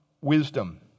wisdom